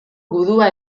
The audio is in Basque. gudua